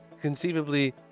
conceivably